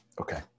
Okay